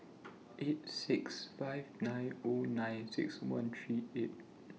eight six five nine O nine six one three eight